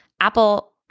Apple